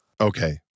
Okay